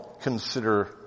consider